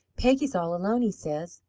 peggy is all alone, he says.